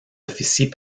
officiers